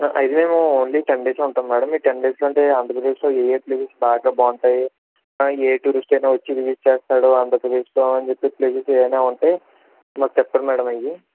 అయితే మేము only ten డేసే ఉంటాం మ్యాడం ఈ టెన్ డేస్లో ఆంధ్రప్రదేశ్లో ఏయే ప్లేసెస్ బాగా బాగుంటాయి ఏ టూరిస్ట్ అయిన వచ్చి విసిట్ చేస్తాడు ఆంధ్రప్రదేశ్లో అని చెప్పి ప్లేసెస్ ఏమైనా ఉంటే మాకు చెప్పండి మ్యాడం అయి